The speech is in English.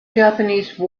japanese